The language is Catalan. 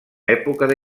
època